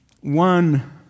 One